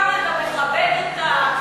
אם ככה אתה מכבד אותה,